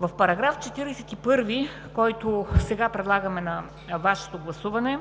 С § 41, който сега предлагаме да гласувате,